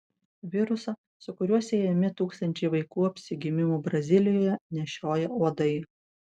virusą su kuriuo siejami tūkstančiai vaikų apsigimimų brazilijoje nešioja uodai